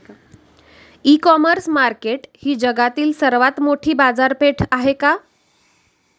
इ commerce market ही जगातील सर्वात मोठी बाजारपेठ आहे का?